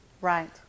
Right